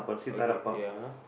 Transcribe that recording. okay ya